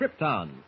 Krypton